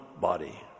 body